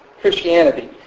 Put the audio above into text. Christianity